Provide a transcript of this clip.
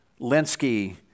Linsky